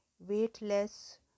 weightless